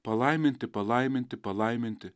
palaiminti palaiminti palaiminti